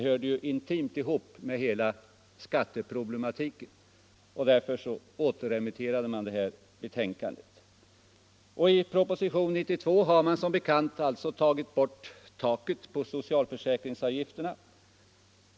Från min egen synpunkt kanske den kan förefalla riktigare. försäkringsavgifterna.